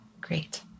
Great